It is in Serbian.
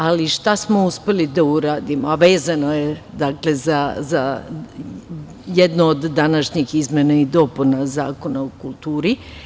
Ali, šta smo uspeli da uradimo, a vezano je za jednu od današnjih izmena i dopuna Zakona o kulturi?